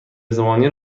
زمانی